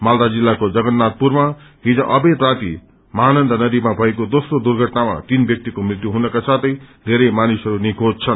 मालदा जिल्लाको जगन्नाथपुरमा हिज अबेर राति महानन्दा नदीमा भएको दोस्रो दुर्घटनामा तीन व्यक्तिको मृत्यु हुनुका साथै बेरै मानिसहरू निखोज भएका छन्